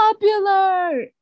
popular